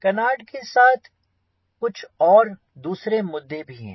canard के साथ कुछ दूसरे मुद्दे भी हैं